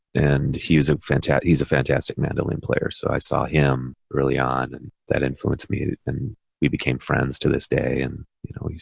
and he was fantastic. he's a fantastic mandolin player. so i saw him early on and that influenced me and we became friends to this day and you know,